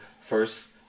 first